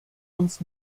uns